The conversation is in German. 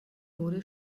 wurde